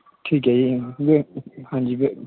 ਠੀਕ ਹੈ ਜੀ ਹਾਂਜੀ